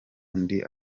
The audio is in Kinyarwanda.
undi